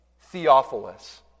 Theophilus